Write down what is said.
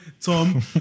Tom